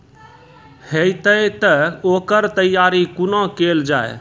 हेतै तअ ओकर तैयारी कुना केल जाय?